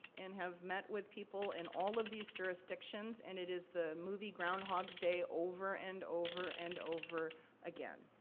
and have met with people in all of these jurisdictions, and it is the movie, groundhogs day, over and over and over again.